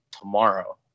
tomorrow